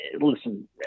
listen